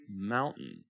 mountain